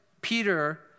Peter